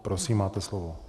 Prosím, máte slovo.